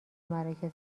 مراکز